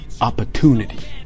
opportunity